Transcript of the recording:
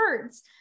birds